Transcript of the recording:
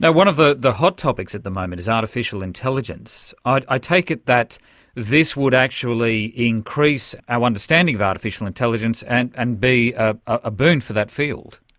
one of the the hot topics at the moment is artificial intelligence. i take it that this would actually increase our understanding of artificial intelligence and and be a boon for that field.